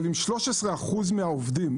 אבל עם 13% מהעובדים.